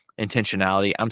intentionality